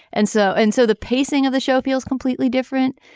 and so and so the pacing of the show feels completely different.